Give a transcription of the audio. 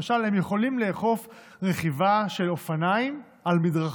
למשל, הם יכולים לאכוף רכיבה של אופניים על מדרכה,